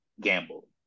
gamble